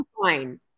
fine